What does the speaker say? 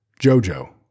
Jojo